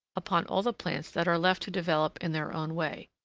upon all the plants that are left to develop in their own way.